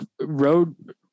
road